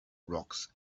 rocks